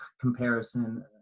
comparison